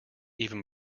even